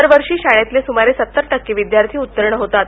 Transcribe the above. दरवर्षी शाळेतले सुमारे सत्तर टक्के विद्यार्थी उत्तीर्ण होतात